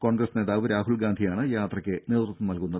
കോൺഗ്രസ് നേതാവ് രാഹുൽ ഗാന്ധിയാണ് യാത്രക്ക് നേതൃത്വം നൽകുന്നത്